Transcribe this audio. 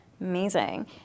amazing